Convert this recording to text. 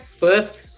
first